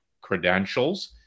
credentials